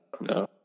no